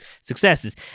successes